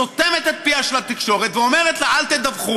סותמת את פיה של התקשורת ואומרת לה: אל תדווחו.